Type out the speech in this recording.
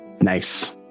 Nice